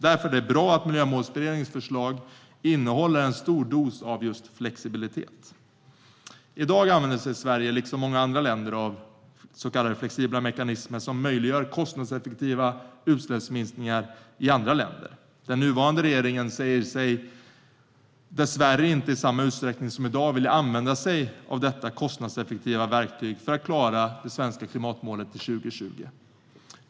Därför är det bra att Miljömålsberedningens förslag innehåller en stor dos av just flexibilitet. I dag använder Sverige, liksom många andra länder, så kallade flexibla mekanismer som möjliggör kostnadseffektiva utsläppsminskningar i andra länder. Den nuvarande regeringen säger sig dessvärre inte i samma utsträckning som i dag vilja använda sig av detta kostnadseffektiva verktyg för att klara det svenska klimatmålet till 2020.